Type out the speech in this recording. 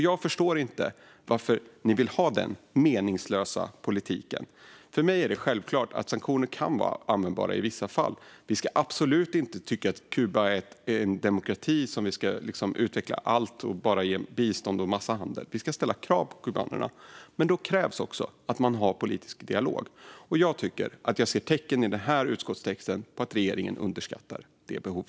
Jag förstår inte varför ni vill ha denna meningslösa politik. För mig är det självklart att sanktioner kan vara användbara i vissa fall. Vi ska absolut inte tycka att Kuba är en demokrati där vi ska utveckla allt och bara ge bistånd och föra en massa handel. Vi ska ställa krav på kubanerna. Men då krävs också att man har en politisk dialog. Jag tycker att jag ser tecken i utskottstexten på att regeringen underskattar detta behov.